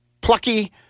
plucky